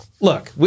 Look